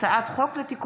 הצעת חוק-יסוד: